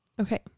Okay